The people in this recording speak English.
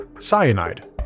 cyanide